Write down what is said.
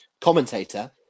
commentator